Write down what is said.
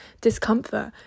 discomfort